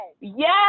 yes